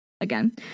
again